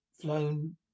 flown